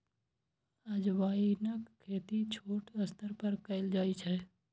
अजवाइनक खेती छोट स्तर पर कैल जाइ छै